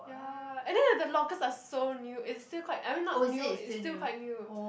ya and then you have the lockers are so new it's still quite I mean not new it's still quite new